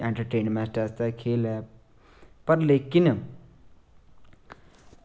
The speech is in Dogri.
एंटरटेनमेंट आस्तै खेल ऐ पर लेकिन